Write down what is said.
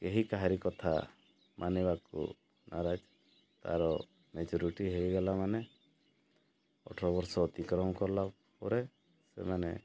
କେହି କାହାରି କଥା ମାନିବାକୁ ନାରାଜ୍ ତା'ର ମେଜୋରିଟି ହେଇଗଲା ମାନେ ଅଠର ବର୍ଷ ଅତିକ୍ରମ କଲା ପରେ ସେମାନେ